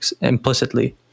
implicitly